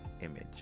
image